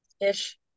ish